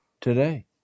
today